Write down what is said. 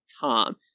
Tom